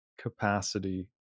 capacity